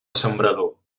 sembrador